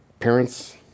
Parents